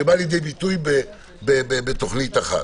שבא לידי ביטוי בתוכנית אחת.